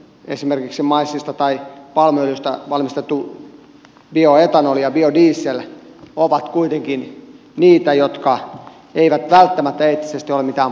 esimerkiksi maissista tai palmuöljystä valmistettu bioetanoli ja biodiesel ovat kuitenkin niitä jotka eivät välttämättä eettisesti ole mitään parasta